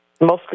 Mostly